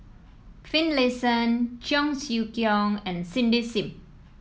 Finlayson Cheong Siew Keong and Cindy Sim